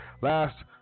Last